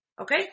Okay